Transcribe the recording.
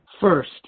first